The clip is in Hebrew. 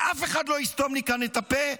ואף אחד לא יסתום לי כאן את הפה.